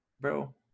bro